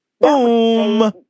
Boom